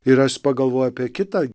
ir aš pagalvoju apie kitą